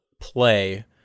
play